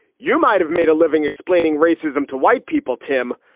you might have made a living explaining racism to white people, tim,